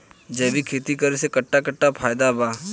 जैविक खेती करे से कट्ठा कट्ठा फायदा बा?